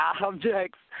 Objects